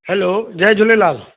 हलो जय झूलेलाल